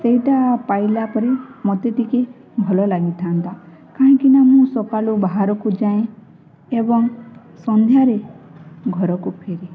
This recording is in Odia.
ସେଇଟା ପାଇଲା ପରେ ମୋତେ ଟିକେ ଭଲ ଲାଗିଥାନ୍ତା କାହିଁକିନା ମୁଁ ସକାଳୁ ବାହାରକୁ ଯାଏ ଏବଂ ସନ୍ଧ୍ୟାରେ ଘରକୁ ଫେରେ